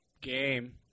game